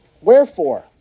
wherefore